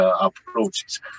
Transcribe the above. approaches